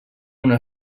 una